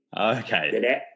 Okay